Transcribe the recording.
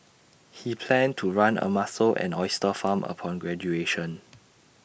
he planned to run A mussel and oyster farm upon graduation